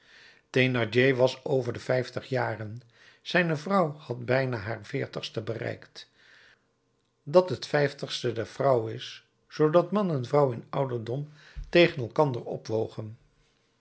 thénardier was over de vijftig jaren zijne vrouw had bijna haar veertigste bereikt dat het vijftigste der vrouw is zoodat man en vrouw in ouderdom tegen elkander opwogen